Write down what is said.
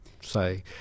say